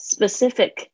Specific